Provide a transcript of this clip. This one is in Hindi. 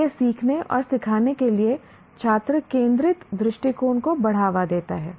तो यह सीखने और सिखाने के लिए छात्र केंद्रित दृष्टिकोण को बढ़ावा देता है